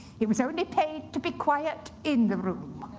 he was only paid to be quiet in the room,